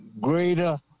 greater